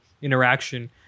interaction